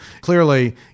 Clearly